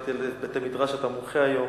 שמעתי על איזה בתי-מדרש אתה מוחה היום.